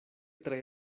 tre